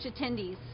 attendees